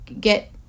get